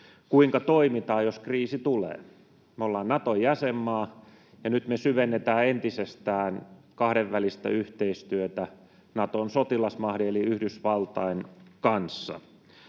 kuinka toimitaan, jos kriisi tulee. Me ollaan Naton jäsenmaa, ja nyt me syvennetään entisestään kahdenvälistä yhteistyötä Naton sotilasmahdin eli Yhdysvaltain kanssa.